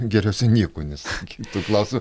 geriausia nieko nesakyti tuo klausimu